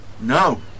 No